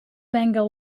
bengal